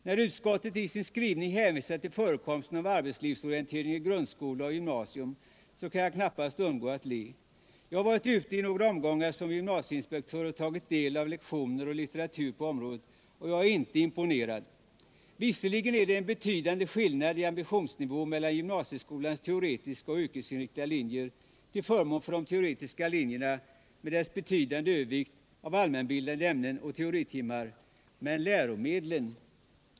När utskottet i sin skrivning hänvisar till förekomsten av arbetslivsorientering i grundskola och gymnasium kan jag knappast undgå att le. Jag har varit ute i några omgångar som gymnasieinspektör och tagit del av lektioner och litteratur på området, och jag är inte imponerad. Visserligen är det en betydande skillnad i ambitionsnivå mellan gymnasieskolans teoretiska och yrkesinriktade linjer till förmån för de teoretiska linjerna med deras betydande övervikt av allmänbildande ämnen och teoritimmar — men läromedlen!